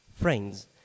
friends